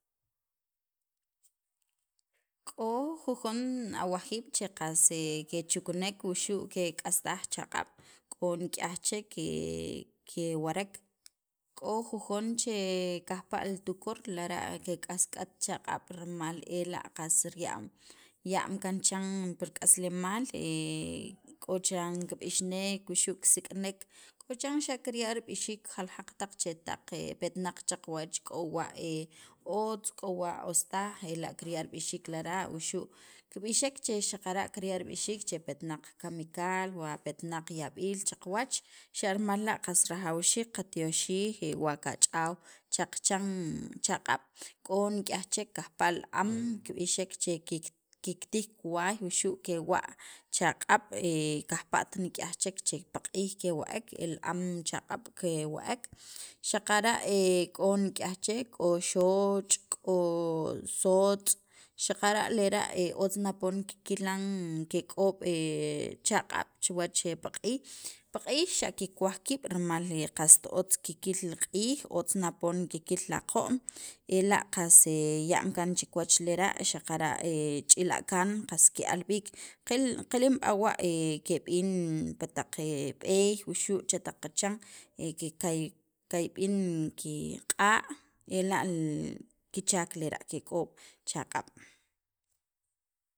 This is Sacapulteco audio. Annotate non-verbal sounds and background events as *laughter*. *noise* k'o jujon awajiib' che qas *hesitation* kechuknek wuxu' kek'astaj chaq'ab' *noise* k'o nik'yaj chek *hesitation* kewarek, k'o jujon che kajpa' li tukor lara' kek'ask'at chaq'ab' rimal ela' qas riya'm ya'm kaan chiran *noise* pi rik'aslemaal k'o chiran kib'ixnek wuxu' kisik'nek, k'o chan xa' kirya' rib'ixiik jalajaq taq chetaq petnaq cha qawach k'o wa *hesitation* otz k'o wa os taj ela' kirya' rib'ixiik lara', wuxu' kib'ixek che xaqara' kirya' rib'ixiik che petnaq kamikaal, wa petnaq yab'iil cha qawach xa' rimal la' rajawxiik qatyoxij wa qach'aw cha qachan chaq'ab' k'o nik'yaj che kajpa' li am kib'ixek che kiktij kiwaj wuxu' kewa' chaq'ab', kajpa't nik'yaj chek che pi q'iij kewa'ek el am chaq'ab' ke wa'ek, xaqara' k'o nik'yaj chek k'o xooch', k'o sootz' xaqara' lera' otz na poon kikilan kek'ob' chaq'ab' chuwach paq'iij, paq'iij xa' kikwaj kiib' rimal qast otz kikil li q'iij, otz na poon kikil li aqo'm ela' qas ya'm kaan chikiwach lera' xaqara' *hesitation* ch'ilakan qas ke'al b'iik qilim b'a wa keb'in pi taq b'eey wuxu' cha taq qacha *hesitation* kikay kikayb'in kiq'a' ela' li kichaak lera' kek'ob' chaqab'.